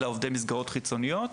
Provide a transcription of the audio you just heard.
אלא עובדי מסגרות חיצוניות.